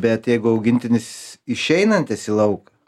bet jeigu augintinis išeinantis į lauk